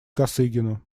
косыгину